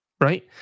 Right